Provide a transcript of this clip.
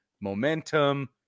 momentum